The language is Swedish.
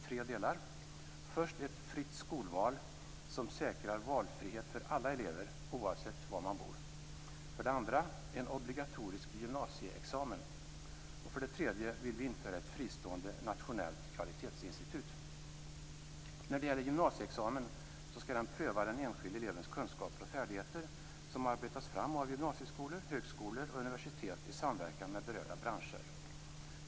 För det första ett fritt skolval som säkrar valfrihet för alla elever oavsett var de bor, för det andra en obligatorisk gymnasieexamen, och för det tredje vill vi införa ett fristående nationellt kvalitetsinstitut. När det gäller gymnasieexamen skall den pröva den enskilde elevens kunskaper och färdigheter och arbetas fram av gymnasieskolor, högskolor och universitet i samverkan med berörda branscher.